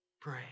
Pray